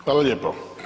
Hvala lijepo.